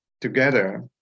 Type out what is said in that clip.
together